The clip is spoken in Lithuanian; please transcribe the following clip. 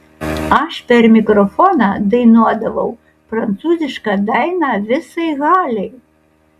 aš per mikrofoną dainuodavau prancūzišką dainą visai halei